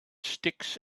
sticks